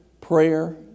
prayer